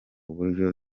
buryo